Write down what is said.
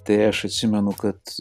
tai aš atsimenu kad